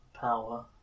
power